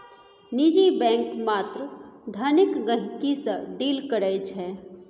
निजी बैंक मात्र धनिक गहिंकी सँ डील करै छै